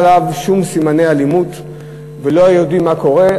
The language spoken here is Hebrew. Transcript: עליו שום סימני אלימות ולא יודעים מה קרה?